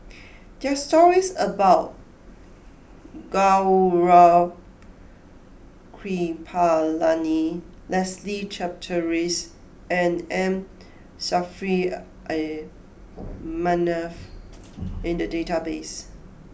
there are stories about Gaurav Kripalani Leslie Charteris and M Saffri A Manaf in the database